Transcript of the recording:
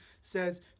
says